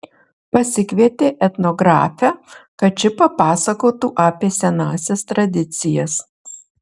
pasikvietė etnografę kad ši papasakotų apie senąsias tradicijas